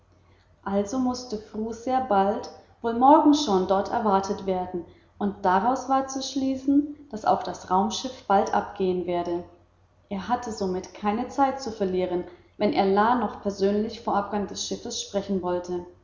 also mußte fru sehr bald wohl morgen schon dort erwartet werden und daraus war zu schließen daß auch das raumschiff bald abgehen werde er hatte somit keine zeit zu verlieren wenn er la noch persönlich vor abgang des schiffes sprechen wollte